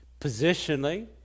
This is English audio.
Positionally